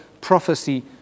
prophecy